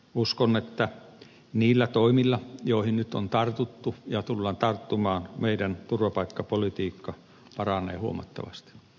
uskon että niillä toimilla joihin nyt on tartuttu ja tullaan tarttumaan meidän turvapaikkapolitiikkamme paranee huomattavasti